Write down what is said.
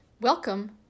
Welcome